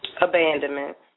Abandonment